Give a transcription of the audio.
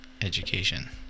education